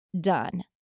done